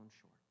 short